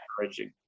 encouraging